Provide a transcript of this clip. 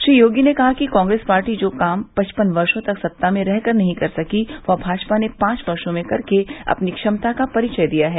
श्री योगी ने कहा कि कांग्रेस पार्टी जो काम पचपन वर्षो तक सत्ता में रह कर नहीं कर सकी वह भाजपा ने पांच वर्षो में करके अपनी क्षमता का परिचय दिया है